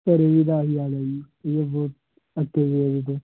ਘਰ ਵੀ ਇਹਦਾ ਇਹੀ ਹਾਲ ਹੈ ਜੀ ਅਸੀਂ ਵੀ ਬਹੁਤ ਅੱਕੇ ਹੋਏ ਹਾਂ ਇਹਦੇ ਤੋਂ